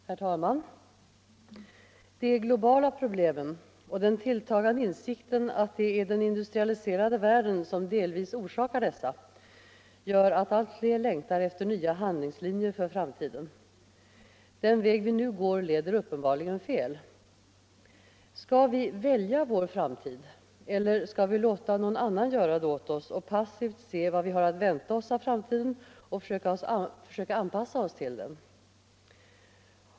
Herr talman! De globala problemen och den tilltagande insikten att det är den industrialiserade världen som delvis orsakar dessa gör att allt fler längtar efter nya handlingslinjer för framtiden. Den väg vi nu går leder uppenbarligen fel. Skall vi välja vår framtid eller skall vi låta någon annan göra det åt oss och passivt se vad vi har att vänta oss av framtiden och försöka anpassa oss till detta?